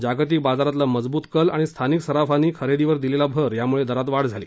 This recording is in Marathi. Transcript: जागतिक बाजारातला मजब्त कल आणि स्थानिक सराफांनी खरेदीवर दिलेला भर यामुळे दरात वाढ झाली